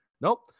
nope